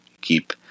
keep